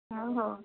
ହଉ ହଉ